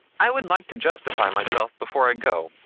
i would like to justify myself before i go.